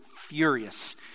furious